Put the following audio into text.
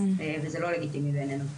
וזה לא לגיטימי בעינינו.